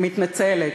אני מתנצלת.